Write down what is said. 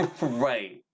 right